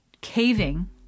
caving